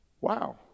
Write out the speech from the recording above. Wow